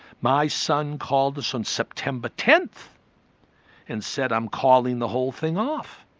my son called us on september ten and said, i'm calling the whole thing off.